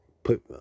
put